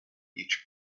each